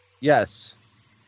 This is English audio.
Yes